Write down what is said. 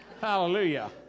Hallelujah